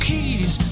Keys